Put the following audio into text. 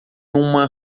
uma